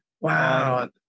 Wow